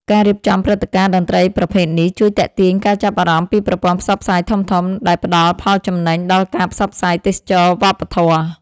ការរៀបចំព្រឹត្តិការណ៍តន្ត្រីប្រភេទនេះ ជួយទាក់ទាញការចាប់អារម្មណ៍ពីប្រព័ន្ធផ្សព្វផ្សាយធំៗ ដែលផ្ដល់ផលចំណេញដល់ការផ្សព្វផ្សាយទេសចរណ៍វប្បធម៌។